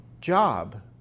job